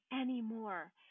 anymore